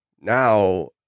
Now